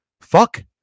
Fuck